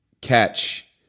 catch